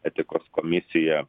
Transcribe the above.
etikos komisija